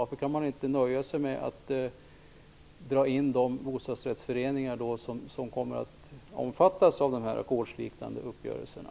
Varför kan man inte nöja sig med att låta detta beröra de bostadrättsföreningar som kommer att omfattas av de ackordsliknande uppgörelserna?